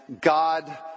God